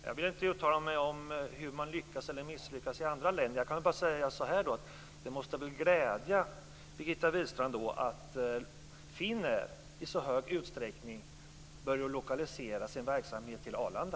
Fru talman! Jag vill inte uttala mig om hur man lyckas eller misslyckas i andra länder. Jag kan bara säga att det väl måste glädja Birgitta Wistrand att Finnair i så hög utsträckning börjar lokalisera sin verksamhet till Arlanda.